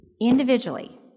individually